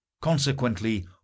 Consequently